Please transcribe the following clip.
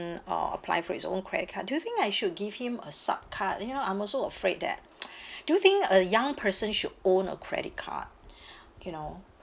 uh apply for his own credit card do you think I should give him a sub-card then you know I'm also afraid that do you think a young person should own a credit card you know